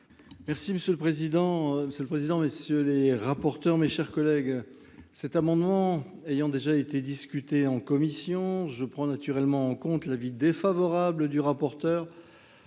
monsieur le ministre, messieurs les rapporteurs, mes chers collègues, cet amendement ayant déjà été discuté en commission, je prends naturellement en compte l’avis défavorable du rapporteur